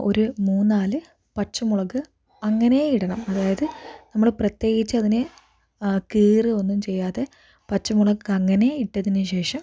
ഒരു മൂന്ന് നാല് പച്ചമുളക് അങ്ങനേ ഇടണം അതായത് നമ്മൾ പ്രതേകിച്ച് അതിന് കീറി ഒന്നും ചെയ്യാതെ പച്ചമുളക് ഒക്കെ അങ്ങനേ ഇട്ടതിന് ശേഷം